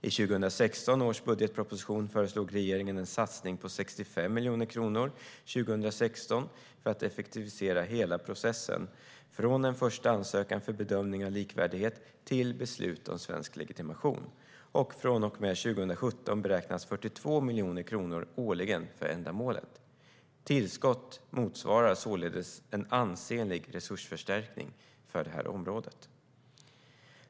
I 2016 års budgetproposition föreslog regeringen en satsning på 65 miljoner kronor 2016 för att effektivisera hela processen, från den första ansökan för bedömning av likvärdighet till beslut om svensk legitimation. Från och med 2017 beräknas 42 miljoner kronor årligen för ändamålet. Tillskott motsvarar således en ansenlig resursförstärkning för det här området.